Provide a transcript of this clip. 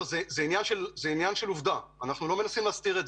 זו עובדה שאנחנו לא מנסים להסתיר.